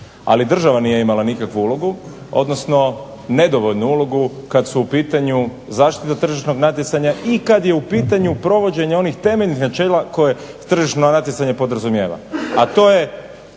Ali država nije imala nikakvu ulogu, odnosno nedovoljnu ulogu kad su u pitanju zaštita tržišnog natjecanja i kad je u pitanju provođenje onih temeljnih načela koje tržišno natjecanje podrazumijeva,